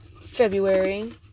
February